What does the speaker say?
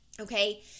okay